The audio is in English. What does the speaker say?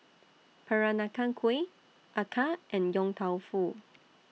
Peranakan Kueh Acar and Yong Tau Foo